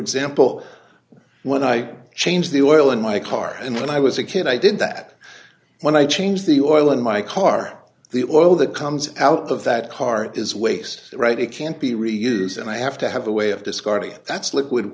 example when i change the oil in my car and when i was a kid i did that when i change the oil in my car the oil that comes out of that car is wakes right it can't be reuse and i have to have a way of discarding it that's liquid